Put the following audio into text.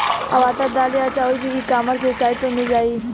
अब आटा, दाल या चाउर भी ई कॉमर्स वेबसाइट पर मिल जाइ